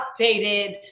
updated